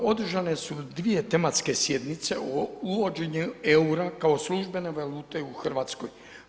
Održane su dvije tematske sjednice o uvođenju eura kao službene valute u Hrvatskoj.